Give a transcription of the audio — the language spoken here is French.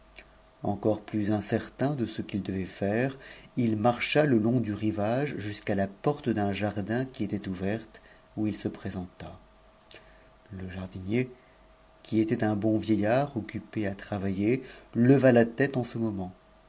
encore plus incertain de ce jui devait faire il marcha le long du rivage jusqu'à la porte d'nn jardin i était ouverte où il se présenta le jardinier qui était un bon v eiit mt occupé à travailler leva la tête en ce moment